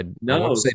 No